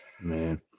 Man